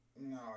no